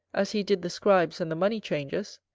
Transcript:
as he did the scribes and the money-changers.